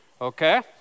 Okay